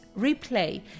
replay